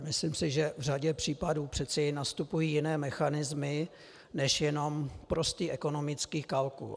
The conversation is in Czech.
Myslím si, že v řadě případů přece jen nastupují jiné mechanismy, než jen prostý ekonomický kalkul.